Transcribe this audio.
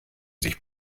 sich